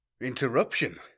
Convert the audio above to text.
Interruption